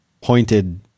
pointed